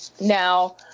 Now